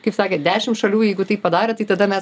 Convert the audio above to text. kaip sakė dešim šalių jeigu taip padarė tai tada mes